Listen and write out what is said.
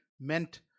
meant